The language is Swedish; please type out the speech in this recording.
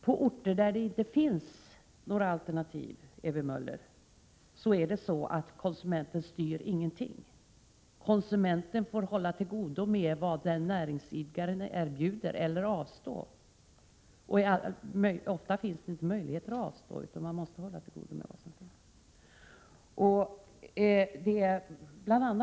På orter där det inte finns några alternativ, Ewy Möller, styr inte konsumenten någonting. Konsumenten får där hålla till godo med vad näringsidkaren på orten erbjuder eller avstå. Oftast finns det inte möjligheter att avstå utan man måste hålla till godo med vad som erbjuds. Bl.